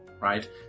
right